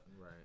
Right